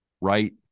right